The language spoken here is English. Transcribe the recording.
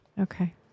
Okay